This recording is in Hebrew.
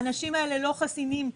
האנשים האלה לא חסינים.